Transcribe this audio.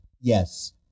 Yes